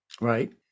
Right